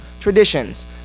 traditions